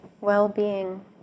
well-being